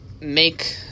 make